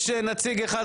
יש נציג אחד,